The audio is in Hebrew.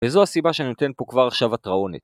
וזו הסיבה שאני נותן פה כבר עכשיו התראונת